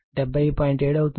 7 అవుతుంది